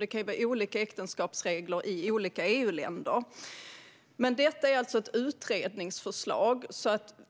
Det kan ju vara olika äktenskapsregler i olika EU-länder. Men detta är alltså ett utredningsförslag.